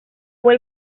fue